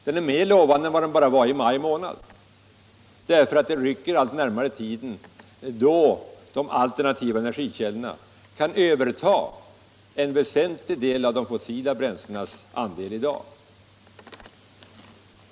Den är mera lovande än den var i maj månad, eftersom den tid rycker allt närmare då de alternativa energikällorna i väsentlig utsträckning kan överta de fossila bränslenas andel i dag.